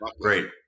Great